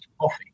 coffee